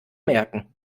merken